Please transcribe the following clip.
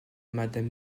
madame